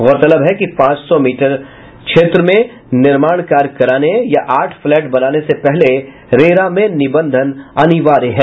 गौरतलब है कि पांच सौ मीटर क्षेत्र में निर्माण कार्य कराने या आठ फ्लैट बनाने से पहले रेरा में निबंधन अनिवार्य है